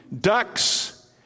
Ducks